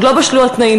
עוד לא בשלו התנאים.